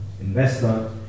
investor